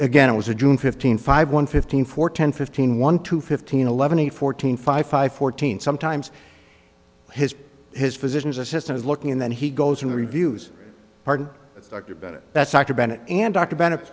again it was a june fifteenth five one fifteen four ten fifteen one two fifteen eleven and fourteen five five fourteen sometimes his his physician's assistant is looking and then he goes and reviews martin dr bennett that's actor bennett and dr ben